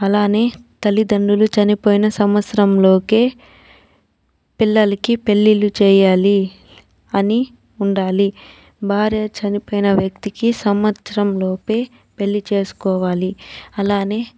అలానే తల్లిదండ్రులు చనిపోయిన సంవత్సరంలోకి పిల్లలకి పెళ్లిళ్లు చేయాలి అని ఉండాలి భార్య చనిపోయిన వ్యక్తికి సంవత్సరంలోపే పెళ్లి చేసుకోవాలి అలానే